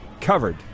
covered